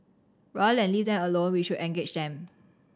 rather than leave them alone we should engage them